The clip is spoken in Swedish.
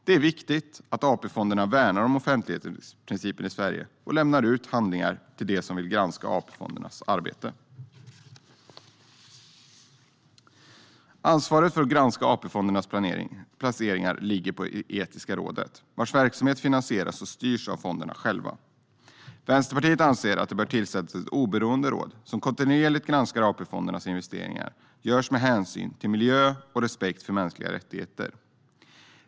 Det är viktigt att AP-fonderna värnar om offentlighetsprincipen i Sverige och lämnar ut handlingar till dem som vill granska AP-fondernas arbete. Ansvaret fo ̈r att granska AP-fondernas placeringar ligger pa° Etikra°det, vars verksamhet finansieras och styrs av fonderna sja ̈lva. Va ̈nsterpartiet anser att det bo ̈r tillsa ̈ttas ett oberoende ra°d som kontinuerligt granskar om AP-fondernas investeringar go ̈rs med ha ̈nsyn till miljo ̈ och respekt fo ̈r ma ̈nskliga ra ̈ttigheter.